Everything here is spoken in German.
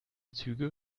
züge